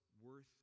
worth